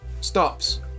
stops